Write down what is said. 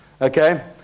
okay